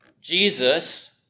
Jesus